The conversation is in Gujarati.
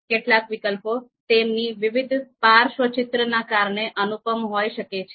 કેટલાક વિકલ્પો તેમની વિવિધ પાર્શ્વચિત્રના કારણે અનુપમ હોઈ શકે છે